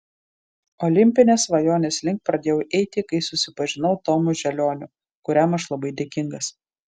olimpinės svajonės link pradėjau eiti kai susipažinau tomu želioniu kuriam aš labai dėkingas